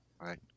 Right